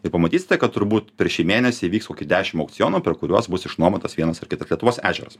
ir pamatysite kad turbūt per šį mėnesį įvyks koki dešim aukcionų per kuriuos bus išnuomotas vienas ar kitas lietuvos ežeras